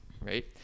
right